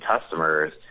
customers